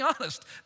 honest